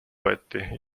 võeti